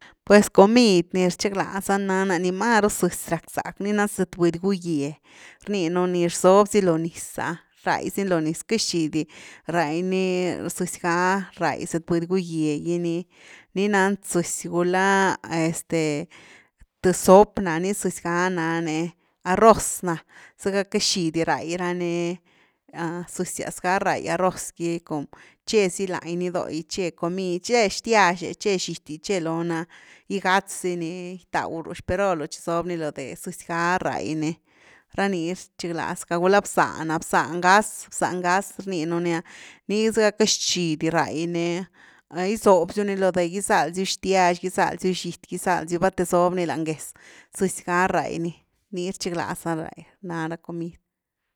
Pues comid ni rchigalza na-na ni maru zëzy rack zack ni na zëtbudy guye, rninu ni rzob zy lo niz’a raqi si ni lo niz queity xíhdi rai ni zëzy ga rai zëtbudy guye gy ni- ni nzëzy gulá este th sop na ni zëzy ga na ni, arroz na, zëga queity xi di rai rani, zëzyas ga rai arroz gy com tchezy laguiny ni do’gy, tche comid, tche xtyaxy. tche xity. tche lony’a gigatz zini, gitaw ru xperolw, sob ni lo déh, zëzy ga rai ni, ra ni rchiglazacka, gula bzá na, bzá ngaz rninuni ah, ni zëga queity rtxi di rai ni, gizob siu ni lo de, guzalziu xtiax, gizalziu xity, gizalziu bati zob ni lany gez, zëzy ga rai ni, ni rchiglaza rai, ná ra comid.